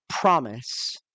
promise